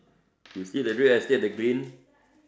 you see the real estate the green